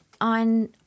on